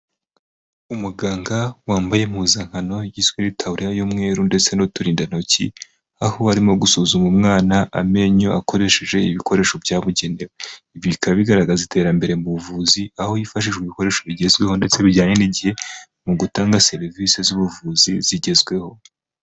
Umuganga wambaye impuzankano yiswe itaburiya y'umweru ndetse n'uturindantoki, aho arimo gusuzuma umwana amenyo akoresheje ibikoresho byabugenewe bikaba bigaragaza iterambere mu buvuzi aho hifashishwa ibikoresho bigezweho ndetse bijyanye n'igihe mu gutanga serivisi z'ubuvuzi zigezweho.